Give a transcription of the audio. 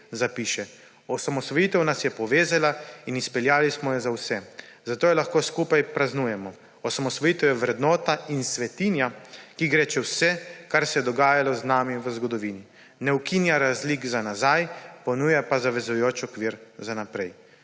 zapiše: »Osamosvojitev nas je povezala in izpeljali smo jo za vse, zato jo lahko skupaj praznujemo. Osamosvojitev je vrednota in svetinja, ki gre čez vse, kar se je dogajalo z nami v zgodovini. Ne ukinja razlik za nazaj, ponuja pa zavezujoč okvir za naprej.«